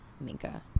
Minka